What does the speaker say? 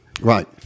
Right